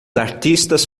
artistas